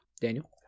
Daniel